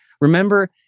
Remember